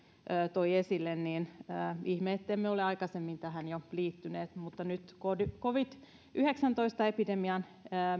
toi esille on ihme ettemme ole jo aikaisemmin tähän liittyneet mutta nyt covid yhdeksäntoista epidemian